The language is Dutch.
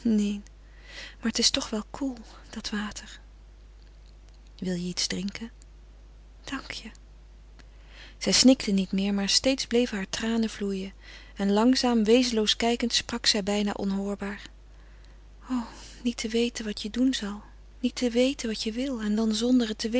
neen maar het is toch wel koel dat water wil je iets drinken dank je zij snikte niet meer maar steeds bleven de tranen vloeien en langzaam wezenloos kijkend sprak zij bijna onhoorbaar o niet te weten wat je doen zal niet te weten wat je wil en dan zonder het te